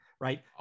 right